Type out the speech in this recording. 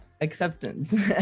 acceptance